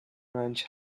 ranch